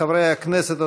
חברי הכנסת,